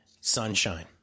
sunshine